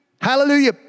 Hallelujah